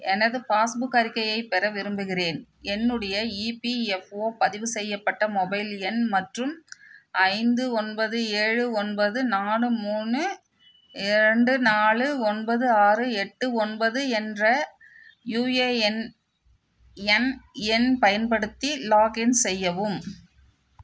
எனது பாஸ்புக் அறிக்கையைப் பெற விரும்புகிறேன் என்னுடைய இபிஎஃப்ஓ பதிவு செய்யப்பட்ட மொபைல் எண் மற்றும் ஐந்து ஒன்பது ஏழு ஒன்பது நாலு மூணு இரண்டு நாலு ஒன்பது ஆறு எட்டு ஒன்பது என்ற யுஏஎன் எண் எண் பயன்படுத்தி லாக்இன் செய்யவும்